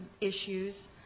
issues